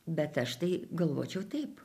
bet aš tai galvočiau taip